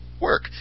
work